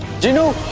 genu,